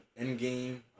endgame